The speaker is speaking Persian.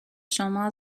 شما